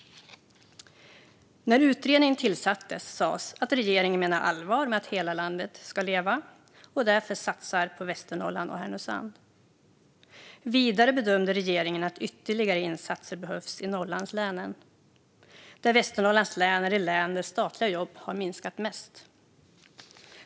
När utredningen tillsattes sas att regeringen menade allvar med att hela landet ska leva och därför satsade på Västernorrland och Härnösand. Vidare bedömde regeringen att ytterligare insatser behövdes i Norrlandslänen. Västernorrlands län är det län där de statliga jobben har minskat mest.